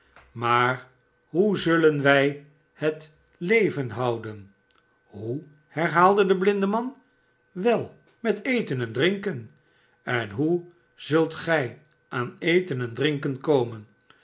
maar hoe zullen wij het leven houden hoe herhaalde de blindeman wel met eten en drinken en hoe zult gij aan eten en drinken komen